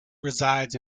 resides